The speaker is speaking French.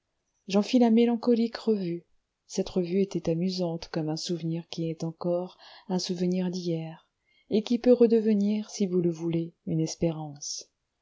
fis la mélancolique revue cette revue était amusante comme un souvenir qui est encore un souvenir d'hier et qui peut redevenir si vous le voulez une espérance